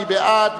מי בעד?